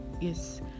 Yes